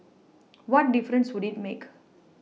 what difference would it make